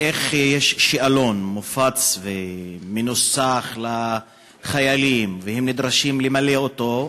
שיש שאלון שמופץ ומנוסח לחיילים והם נדרשים למלא אותו,